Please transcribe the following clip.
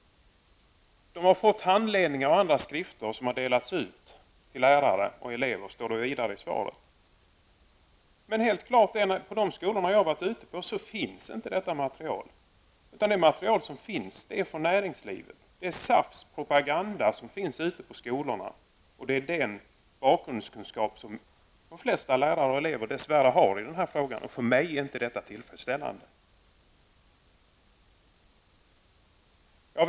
Det har delats ut handledning och andra skrifter till lärare och elever, står det i svaret. Men på de skolor som jag har besökt finns inte detta material, utan det material som finns är från näringslivet. Det är SAFs propaganda som finns ute på skolorna, och det är den bakgrundskunskap som de flesta lärare och elever dess värre har i denna fråga. För mig är inte detta tillfredsställande.